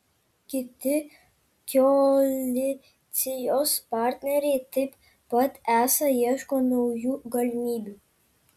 kiti koalicijos partneriai taip pat esą ieško naujų galimybių